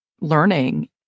learning